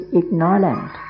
ignorant